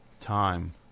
Time